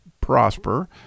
prosper